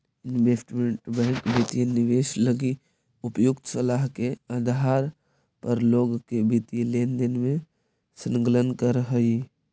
investment bank वित्तीय निवेश लगी उपयुक्त सलाह के आधार पर लोग के वित्तीय लेनदेन में संलग्न करऽ हइ